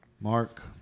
Mark